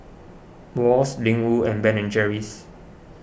Wall's Ling Wu and Ben and Jerry's